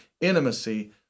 intimacy